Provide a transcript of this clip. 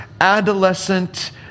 adolescent